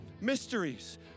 mysteries